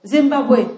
Zimbabwe